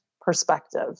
perspective